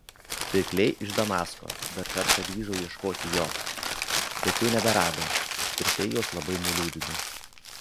pirkliai iš damasko dar kartą grįžo ieškoti jo bet jau neberado ir tai juos labai nuliūdino